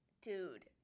Dude